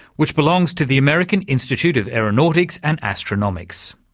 which belongs to the american institute of aeronautics and astronomics.